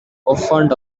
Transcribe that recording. often